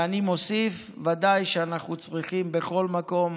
ואני מוסיף: ודאי שאנחנו צריכים נשים בכל מקום